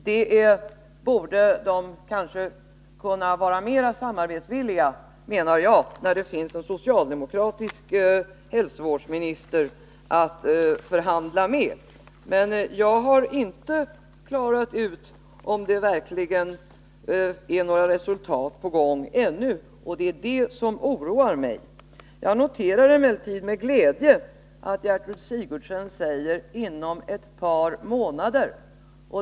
De borde vara mera samarbetsvilliga nu när det finns en socialdemokratisk hälsovårdsminister att förhandla med. Jag har ännu inte fått klart för mig om det verkligen är några resultat på gång. Det är detta som oroar mig. Jag noterar emellertid med glädje att Gertrud Sigurdsen säger ”inom ett par månader”.